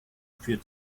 für